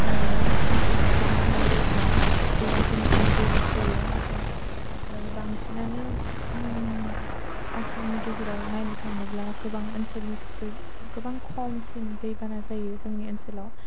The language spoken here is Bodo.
अखा गोबां हानाय जायोब्ला दैमाफोरनिफ्राय दै फैयो नाथाय बांसिनानो आसामनि गेजेराव नायनो थाङोब्ला गोबां ओनसोलनिख्रुइ गोबां खमसिन दैबाना जायो जोंनि ओनसोलाव